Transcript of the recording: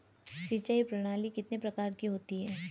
सिंचाई प्रणाली कितने प्रकार की होती हैं?